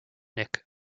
nick